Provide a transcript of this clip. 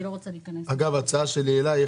אגב, ההצעה שלי אליך,